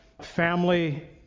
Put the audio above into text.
family